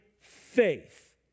faith